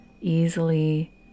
easily